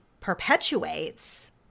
perpetuates